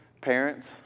parents